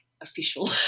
official